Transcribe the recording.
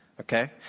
Okay